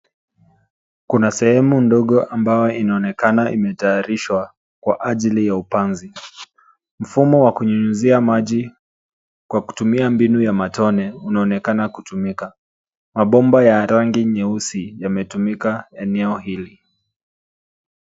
Kuna sehemu ndogo ambayo inaonekana imetayarishwa kwa ajili ya upanzi. Mfumo wa kunyunyizia maji kwa kutumia mbinu ya matone unaonekana kutumika. Mabomba ya rangi nyeusi yametumika eneo hili.